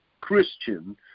Christian